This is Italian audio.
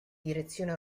direzione